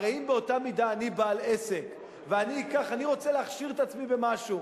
הרי אם באותה מידה אני בעל עסק ואני רוצה להכשיר את עצמי במשהו,